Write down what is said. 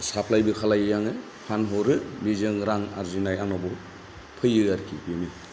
साप्लायबो खालायो आङो फानहरो बेजों रां आरजिनाय आंनाव बहुद फैयो आरोखि बेनो